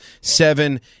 seven